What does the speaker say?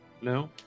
no